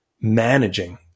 managing